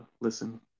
listen